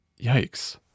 Yikes